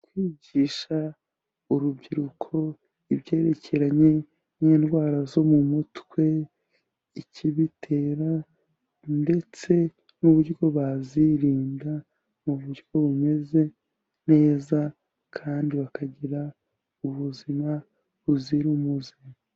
Kwigisha urubyiruko ibyerekeranye n'indwara zo mu mutwe, ikibitera ndetse n'uburyo bazirinda mu buryo bumeze neza kandi bakagira ubuzima buzira umuze.